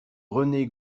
rené